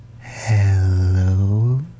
Hello